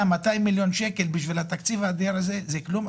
100 200 מיליון שקל מתוך התקציב האדיר הזה זה כלום,